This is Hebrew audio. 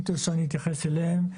אם תרצה אני אתייחס אליהם,